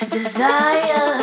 Desire